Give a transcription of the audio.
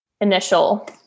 initial